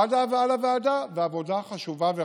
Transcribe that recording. עד ההבאה לוועדה ובעבודה